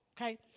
okay